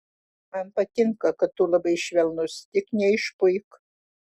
man patinka kad tu labai švelnus tik neišpuik